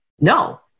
no